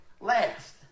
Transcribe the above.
last